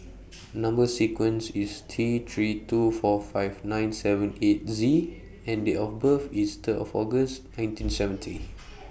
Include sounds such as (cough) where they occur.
(noise) Number sequence IS T three two four five nine seven eight Z and Date of birth IS Third of August nineteen seventy